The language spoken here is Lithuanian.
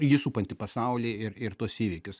jį supantį pasaulį ir ir tuos įvykius